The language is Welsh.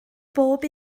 bob